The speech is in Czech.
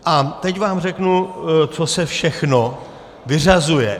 A teď vám řeknu, co se všechno vyřazuje.